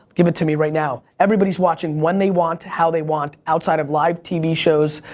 give it to me right now. everybody's watching when they want, how they want, outside of live tv shows,